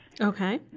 Okay